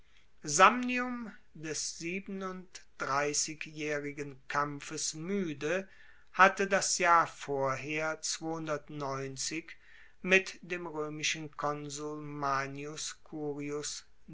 samnium des siebenunddreissigjaehrigen kampfes muede hatte das jahr vorher mit dem roemischen konsul manius curius